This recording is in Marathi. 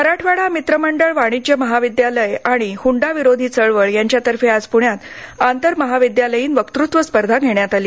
मराठवाडा मित्र मंडळ वाणिज्य महाविद्यालय आणि हुंडा विरोधी चळवळ यांच्यातर्फे आज प्रण्यात आंतर महाविद्यालयीन वकृत्व स्पर्धा घेण्यात आली